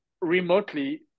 remotely